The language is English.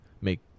make